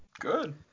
Good